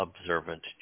observant